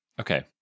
Okay